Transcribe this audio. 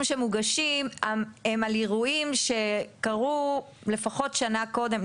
שמוגשים הם על אירועים שקרו לפחות שנה קודם,